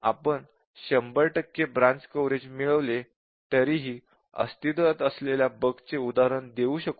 आपण शंभर टक्के ब्रांच कव्हरेज मिळवले तरीही अस्तित्वात असलेल्या बगचे उदाहरण देऊ शकू का